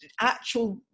actual